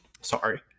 sorry